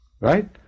Right